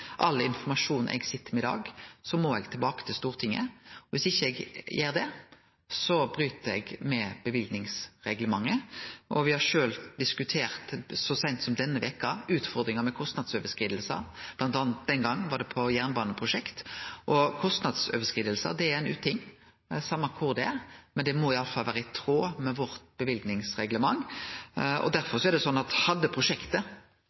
all den informasjonen som eg sit med i dag, må eg tilbake til Stortinget. Dersom eg ikkje gjer det, bryt eg med løyvingsreglementet, og me har sjølve diskutert – så seint som denne veka – utfordringar med kostnadsoverskridingar, bl.a. gjaldt det den gongen jernbaneprosjekt. Og kostnadsoverskridingar er ein uting, same kor det er, men det må i alle fall vere i tråd med vårt løyvingsreglement. Derfor er det slik at hadde prosjektet